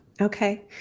Okay